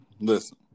listen